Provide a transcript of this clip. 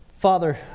Father